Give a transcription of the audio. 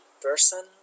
person